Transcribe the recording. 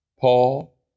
Paul